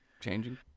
changing